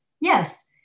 Yes